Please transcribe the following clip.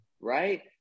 right